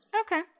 Okay